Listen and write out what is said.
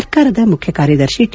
ಸರ್ಕಾರದ ಮುಖ್ಯ ಕಾರ್ಯದರ್ಶಿ ಟಿ